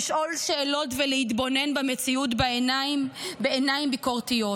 לשאול שאלות ולהתבונן במציאות בעיניים ביקורתיות.